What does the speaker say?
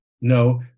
no